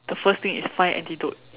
the first thing is find antidote